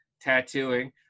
tattooing